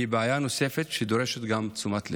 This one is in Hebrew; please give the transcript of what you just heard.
שהיא בעיה נוספת שגם דורשת תשומת לב,